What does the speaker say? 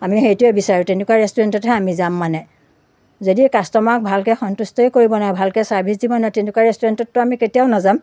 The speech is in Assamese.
আমি সেইটোৱে বিচাৰোঁ তেনেকুৱা ৰেষ্টুৰেণ্টতহে আমি যাম মানে যদি কাষ্ট'মাৰক ভালকৈ সন্তুষ্টই কৰিব নোৱাৰে ভালকৈ চাৰ্ভিছ দিব নোৱাৰে তেনেকুৱা ৰেষ্টুৰেণ্টততো আমি কেতিয়াও নাযাম